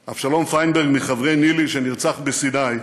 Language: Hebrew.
פיינברג, מחברי ניל"י, שנרצח בסיני,